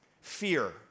Fear